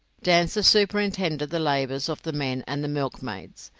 dancer superintended the labours of the men and the milkmaids.